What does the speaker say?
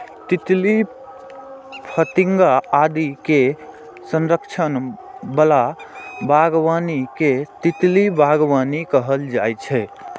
तितली, फतिंगा आदि के संरक्षण बला बागबानी कें तितली बागबानी कहल जाइ छै